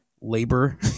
labor